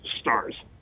stars